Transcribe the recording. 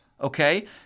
Okay